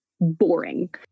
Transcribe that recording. boring